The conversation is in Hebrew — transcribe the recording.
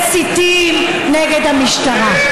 אתם מסיתים נגד המשטרה.